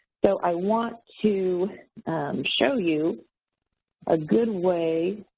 so, i want to show you a good way